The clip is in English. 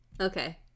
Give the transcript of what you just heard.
Okay